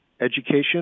education